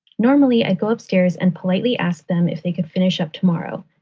normally i go upstairs and politely ask them if they can finish up tomorrow.